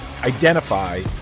Identify